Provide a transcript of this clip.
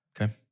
Okay